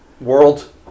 world